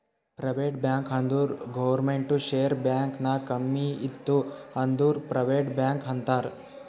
private bank ಅಂದುರ್ ಗೌರ್ಮೆಂಟ್ದು share bank ನಾಗ್ ಕಮ್ಮಿ ಇತ್ತು ಅಂದುರ್ ಪ್ರೈವೇಟ್ ಬ್ಯಾಂಕ್ ಅಂತಾರ್